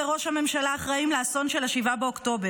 כל חברי הממשלה וראש הממשלה אחראים לאסון של 7 באוקטובר.